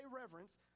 reverence